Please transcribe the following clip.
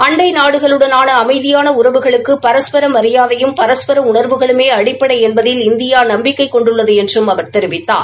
அண்டை நாடுகளுடனான அமைதியான உறவுகளுக்கு பரஸ்பர மியாதையும் பரஸ்பர உணா்வுகளுமே அடிப்படை என்பதை இந்தியா நம்பிக்கை கொண்டுள்ளது என்றும் அவர் தெரிவித்தார்